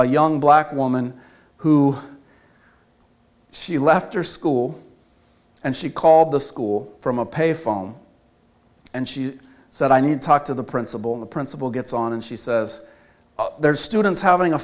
a young black woman who she left her school and she called the school from a payphone and she said i need to talk to the principal of the principal gets on and she says there's students having a